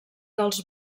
dels